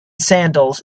sandals